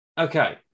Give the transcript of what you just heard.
Okay